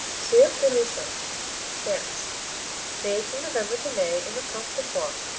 cierp de luchon france made from november to may in the comte de foix,